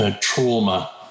trauma